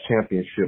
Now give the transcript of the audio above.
championship